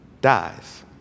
dies